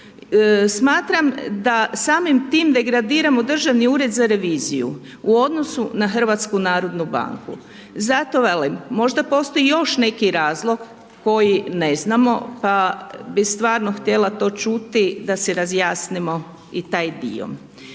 smatram da samim tim degradiramo Državni ured za reviziju u odnosu na HNB. Zato velim, možda postoji još neki razlog koji ne znamo pa bih stvarno htjela to čuti da si razjasnimo i taj dio.